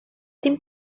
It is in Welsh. dim